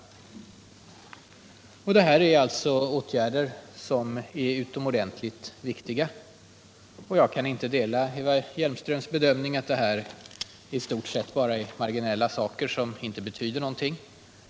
Det här är utomordentligt viktigt. Jag kan inte dela Eva Hjelmströms bedömning att detta i stort sett bara är marginella åtgärder som inte betyder någonting.